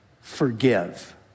forgive